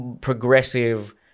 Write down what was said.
progressive